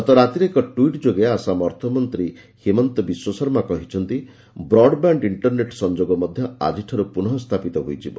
ଗତ ରାତିରେ ଏକ ଟ୍ୱିଟ୍ ଯୋଗେ ଆସାମ ଅର୍ଥମନ୍ତ୍ରୀ ହିମନ୍ତ ବିଶ୍ୱଶର୍ମା କହିଛନ୍ତି ବ୍ରଡ୍ବ୍ୟାଣ୍ଡ ଇଷ୍କରନେଟ୍ ସଂଯୋଗ ମଧ୍ୟ ଆଜିଠାରୁ ପୁନଃ ସ୍ଥାପିତ ହୋଇଯିବ